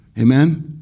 Amen